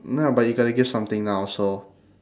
nah but you gotta give something now also